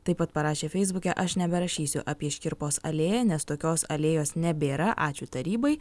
taip pat parašė feisbuke aš neberašysiu apie škirpos alėją nes tokios alėjos nebėra ačiū tarybai